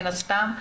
מן הסתם,